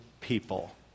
people